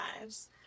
lives